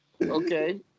Okay